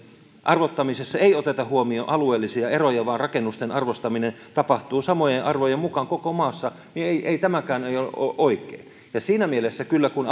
arvostamisessa ei oteta huomioon alueellisia eroja vaan rakennusten arvostaminen tapahtuu samojen arvojen mukaan koko maassa niin tämäkään ei ole ole oikein siinä mielessä kyllä kun